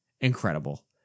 incredible